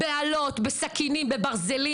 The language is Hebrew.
באלות, בסכינים, בברזלים.